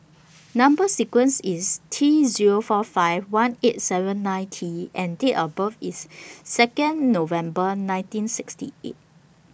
Number sequence IS T Zero four five one eight seven nine T and Date of birth IS Second November nineteen sixty eight